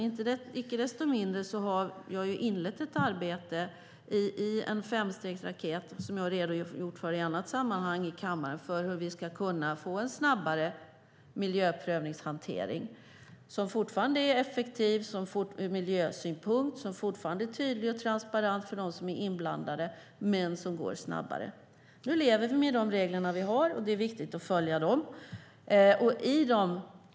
Icke desto mindre har jag inlett ett arbete i en femstegsraket som jag har redogjort för i annat sammanhang i kammaren för hur vi ska få en snabbare miljöprövning, som ur miljösynpunkt fortfarande är effektiv, tydlig och transparent för de inblandade. Nu lever vi med de regler vi har, och det är viktigt att följa dem.